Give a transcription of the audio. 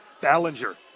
Ballinger